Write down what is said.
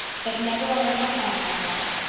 but never unless i am found out.